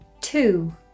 Two